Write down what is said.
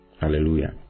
Hallelujah